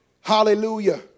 Hallelujah